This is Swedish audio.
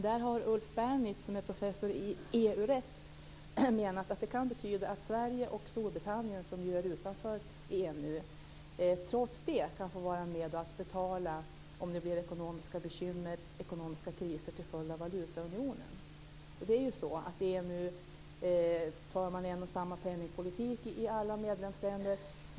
Där har Ulf Bernitz, som är professor i EU-rätt, menat att det kan betyda att Sverige och Storbritannien, som ju är utanför EMU, trots detta kan få vara med och betala om det blir ekonomiska bekymmer, ekonomiska kriser, till följd av valutaunionen. Det är ju så att i EMU för man en och samma penningpolitik i alla medlemsländer.